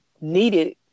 needed